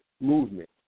movement